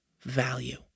value